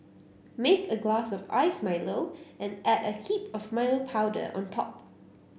make a glass of iced Milo and add a heap of Milo powder on top